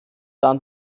dann